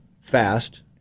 fast